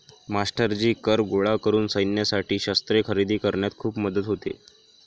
मास्टरजी कर गोळा करून सैन्यासाठी शस्त्रे खरेदी करण्यात खूप मदत होते